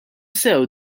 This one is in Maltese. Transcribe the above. sew